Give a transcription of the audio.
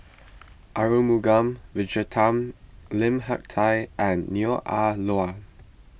Arumugam Vijiaratnam Lim Hak Tai and Neo Ah Luan